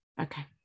Okay